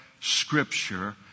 scripture